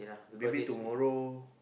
maybe tomorrow